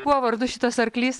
kuo vardu šitas arklys sartis